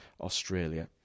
Australia